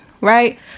right